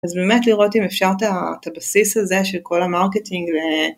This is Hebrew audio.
אז באמת לראות אם אפשר את הבסיס הזה של כל המרקטינג